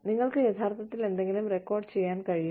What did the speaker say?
നിങ്ങൾക്ക് യഥാർത്ഥത്തിൽ എന്തെങ്കിലും റെക്കോർഡ് ചെയ്യാൻ കഴിയും